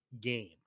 game